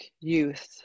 youth